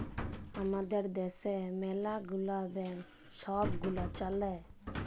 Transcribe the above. আমাদের দ্যাশে ম্যালা গুলা ব্যাংক ছব গুলা চ্যলে